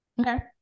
okay